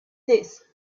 this